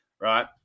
Right